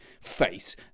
face